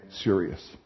serious